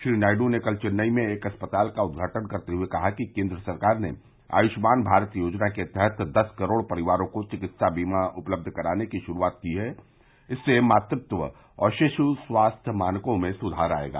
श्री नायड् ने कल चेन्नई में एक अस्पताल का उद्घाटन करते हुए कहा कि केन्द्र सरकार ने आयुष्मान भारत योजना के तहत दस करोड़ परिवारों को चिकित्सा बीमा उपलब्ध कराने की शुरूआत की है इससे मातत्व और शिशु स्वास्थ्य मानकों में सुधार आएगा